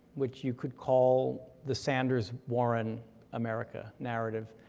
which you could call the sanders-warren america narrative,